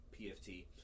PFT